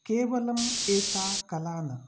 केवलम् एका कला न